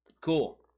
Cool